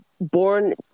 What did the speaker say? born